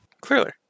Clearly